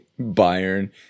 Bayern